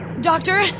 Doctor